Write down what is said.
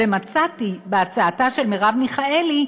ומצאתי בהצעתה של מרב מיכאלי,